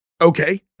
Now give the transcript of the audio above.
okay